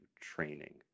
training